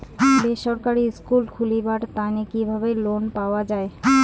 বেসরকারি স্কুল খুলিবার তানে কিভাবে লোন পাওয়া যায়?